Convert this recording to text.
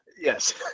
Yes